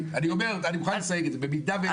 אני מוכן לסייג את זה: "במידה ויש את המידע".